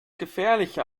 gefährliche